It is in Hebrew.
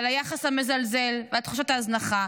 על היחס המזלזל ועל תחושות ההזנחה,